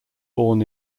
born